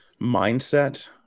mindset